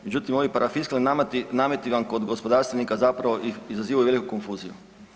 Međutim, ovi parafiskalni nameti vam kod gospodarstvenika zapravo izazivaju veliku konfuziju.